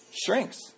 shrinks